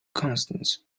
conscience